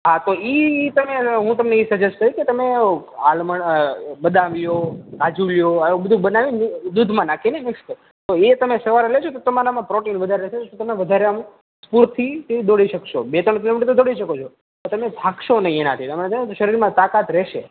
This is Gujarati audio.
હાં તો ઈ તમે હું તમને એ સજેસ્ટ કરીશ કે તમને કે તમે આલ્મંડ બદામ લ્યો કાજુ લ્યો આવું બધું બનાવીને દૂધમાં નાંખીને મિક્સ કરો એ તમે સવારે લેજો તો તમારામાં પ્રોટીન વધારે રહેશેને તમે વધારે આમ સ્ફૂર્તિથી દોડી શકશો તમે બે ત્રણ કિલોમીટર તો દોડી શકો છો પણ તમે થાકશો નહીં એનાથી તમે છેને શરીરમાં તાકાત રહેશે